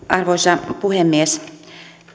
arvoisa puhemies